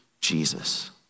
Jesus